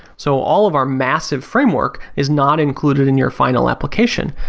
so all of our massive framework is not included in your final application.